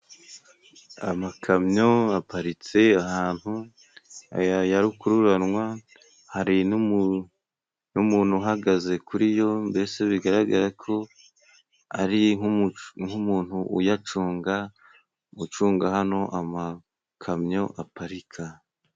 Amakamyo aparitse ahantu ya rukururanwa, hari n'umuntu uhagaze kuri yo. Mbese bigaragara ko ari nk'umuntu uyacunga, ucunga hano amakamyo aparika.